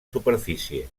superfície